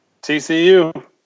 TCU